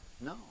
No